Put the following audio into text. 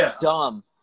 dumb